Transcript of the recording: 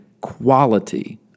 quality